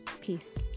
Peace